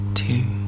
two